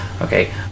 Okay